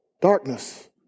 Darkness